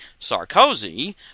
Sarkozy